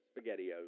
SpaghettiOs